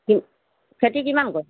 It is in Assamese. কি খেতি কিমান কৰে